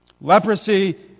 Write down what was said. Leprosy